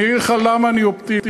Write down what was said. אני אגיד לך למה אני אופטימי: